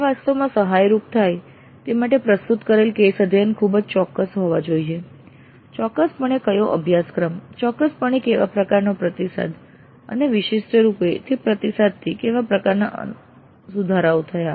આ વાસ્તવમાં સહાયરૂપ થાય તે માટે પ્રસ્તુત કરેલ કેસ અધ્યયન ખૂબ જ ચોક્કસ હોવા જોઈએ ચોક્કસપણે કયો અભ્યાસક્રમ ચોક્કસપણે કેવા પ્રકારનો પ્રતિસાદ અને વિશિષ્ટ રૂપે તે પ્રતિસાદથી કેવા પ્રકારના સુધારાઓ થયા